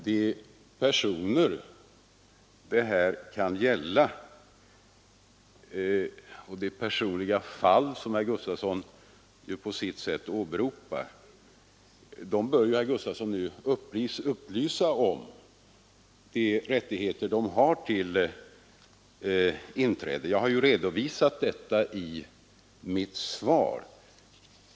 De personer som herr Gustavsson på sitt sätt åberopar bör herr Gustavsson upplysa om de rättigheter de har till inträde; jag har redovisat dessa i mitt svar.